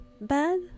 bad